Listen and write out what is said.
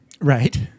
Right